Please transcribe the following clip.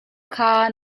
kha